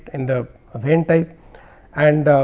and the vein type and ah